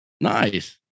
nice